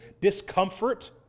discomfort